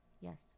yes